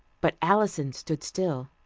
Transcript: but alison stood still.